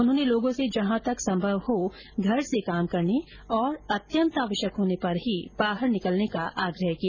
उन्होंने लोगों से जहां तक संभव हो घर से काम करने और अत्यंत आवश्यक होने पर ही बाहर निकलने का आग्रह किया